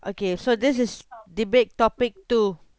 okay so this is debate topic two